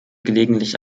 gelegentlich